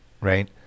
right